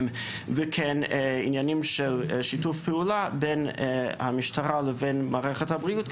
וכן עניינים של שיתוף פעולה בין המשטרה לבין מערכת הבריאות,